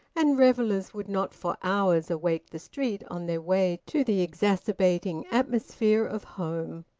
and revellers would not for hours awake the street on their way to the exacerbating atmosphere of home.